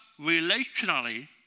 relationally